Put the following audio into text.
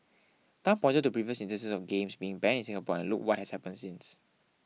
Tan pointed to previous instances of games being banned in Singapore and look what has happened since